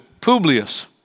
Publius